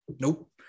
Nope